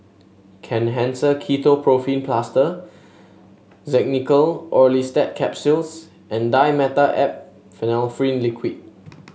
Kenhancer Ketoprofen Plaster Xenical Orlistat Capsules and Dimetapp Phenylephrine Liquid